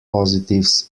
positives